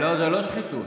לא, זאת לא שחיתות.